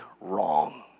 wrong